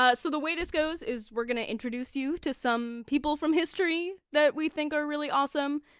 ah so the way this goes is, we're going to introduce you to some people from history that we think are really awesome.